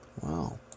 Wow